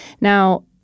Now